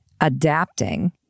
adapting